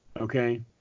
okay